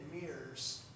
mirrors